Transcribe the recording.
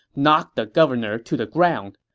knocked the governor to the ground.